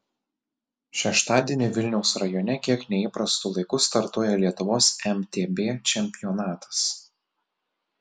šeštadienį vilniaus rajone kiek neįprastu laiku startuoja lietuvos mtb čempionatas